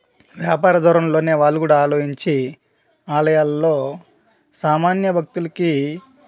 వ్యాపార ధోరణిలోనే వాళ్ళు కూడా ఆలోచించి ఆలయాల్లో సామాన్య భక్తులకి